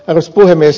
arvoisa puhemies